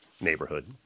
neighborhood